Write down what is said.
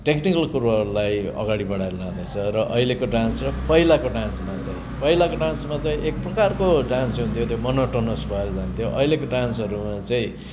technical कुरोहरूलाई अगाडि बडाएर लाँदैछ र अहिलेको डान्स र पहिलाको डान्समा चाहिँ पहिलाको डान्समा चाहिँ एक प्रकारको डान्स हुन्थ्यो त्यो मनोटोनस भएर जान्थ्यो अहिलेको डान्सहरूमा चाहिँ